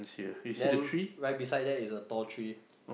then right beside that is a tall tree